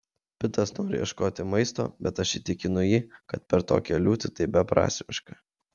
pitas nori ieškoti maisto bet aš įtikinu jį kad per tokią liūtį tai beprasmiška